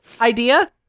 idea